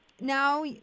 Now